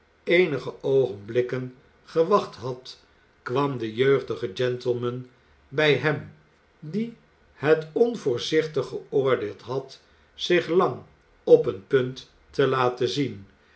eenige oogenblikken gewacht had kwam de jeugdige gentleman bij hem die het onvoorzichtig geoordeeld had zich lang op een punt te laten zien